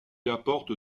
apporte